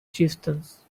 chieftains